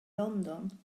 london